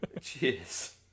Cheers